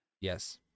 Yes